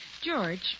George